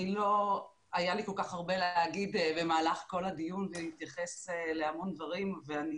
היה לי כל כך הרבה מה להגיד במהלך כל הדיון ולהתייחס להמון דברים ואני